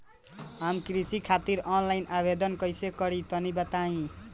हम कृषि खातिर आनलाइन आवेदन कइसे करि तनि बताई?